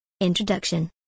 Introduction